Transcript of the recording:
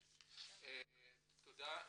תודה.